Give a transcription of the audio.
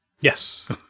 Yes